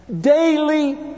daily